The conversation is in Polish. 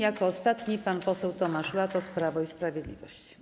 Jako ostatni pan poseł Tomasz Latos, Prawo i Sprawiedliwość.